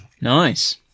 Nice